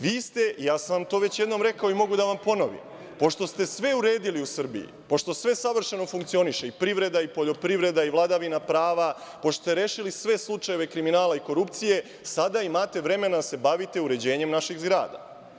Vi ste, ja sam vam to već jednom rekao i mogu da vam ponovim, pošto ste sve uredili u Srbiji, pošto sve savršeno funkcioniše, i privreda i poljoprivreda, i vladavina prava, pošto ste rešili sve slučajeve kriminala i korupcije, sada imate vremena da se bavite uređenjem naših zgrada.